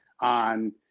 on